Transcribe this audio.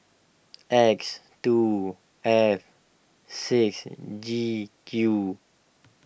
X two F six G Q